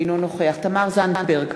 אינו נוכח תמר זנדברג,